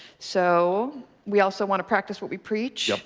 so we also want to practice what we preach,